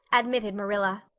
admitted marilla.